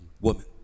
Woman